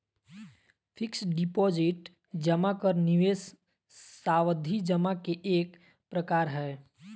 fixed deposit जमा आर निवेश सावधि जमा के एक प्रकार हय